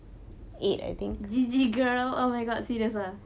G_G girl oh my god serious ah